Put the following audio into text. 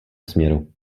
směru